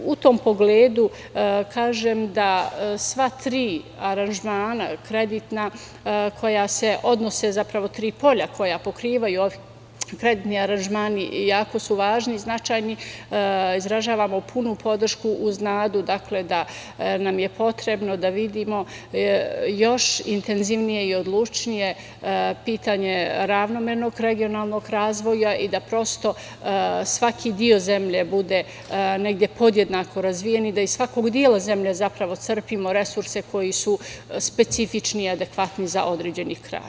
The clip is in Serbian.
U tom pogledu, kažem da sva tri aranžmana kreditna koja se odnose, zapravo tri polja koja pokrivaju, kreditni aranžmani jako su važni i značajni, izražavamo punu podršku, uz nadu da nam je potrebno da vidimo još intenzivnije i odlučnije pitanje ravnomernog regionalnog razvoja i da prosto svaki deo zemlje bude negde podjednako razvijen i da iz svakog dela zemlja zapravo crpimo resurse koji su specifični, adekvatni za određeni kraj.